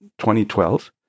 2012